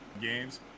games